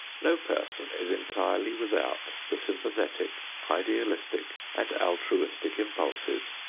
no person is entirely without the sympathetic, idealistic and altruistic impulses,